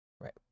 Right